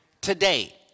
today